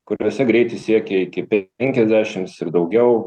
kuriose greitis siekia iki penkiasdešims ir daugiau